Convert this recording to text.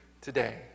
today